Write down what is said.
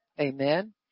Amen